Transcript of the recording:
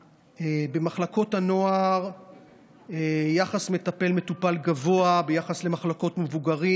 במחלקות הנוער היחס מטפל מטופל גבוה ביחס למחלקות המבוגרים.